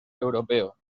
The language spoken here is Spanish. europeo